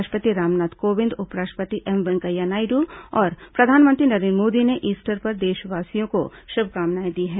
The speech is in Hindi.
राष्ट्रपति रामनाथ कोविंद उपराष्ट्रपति एम वेंकैया नायडू और प्रधानमंत्री नरेन्द्र मोदी ने ईस्टर पर देशवासियों को शुभकामनाएं दी हैं